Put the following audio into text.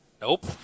Nope